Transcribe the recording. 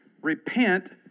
Repent